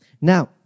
Now